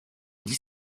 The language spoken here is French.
dix